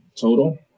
total